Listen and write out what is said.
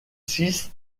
six